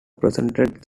presented